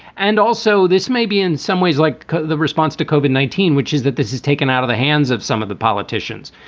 and also, this may be in some ways like the response to koban nineteen, which is that this is taken out of the hands of some of the politicians.